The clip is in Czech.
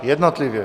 Jednotlivě.